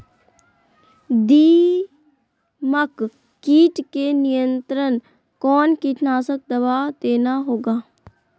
दीमक किट के नियंत्रण कौन कीटनाशक दवा देना होगा?